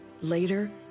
Later